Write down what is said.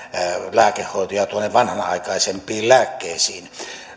lääkehoitoja vanhanaikaisempiin lääkkeisiin